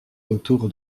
autour